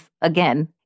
again